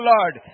Lord